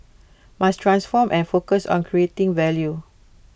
must transform and focus on creating value